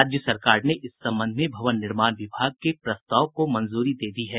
राज्य सरकार ने इस संबंध में भवन निर्माण विभाग के प्रस्ताव को मंजूरी दे दी है